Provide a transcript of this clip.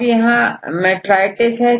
अब यहां मेट्राइटिस हैं